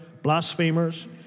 Blasphemers